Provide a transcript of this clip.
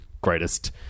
greatest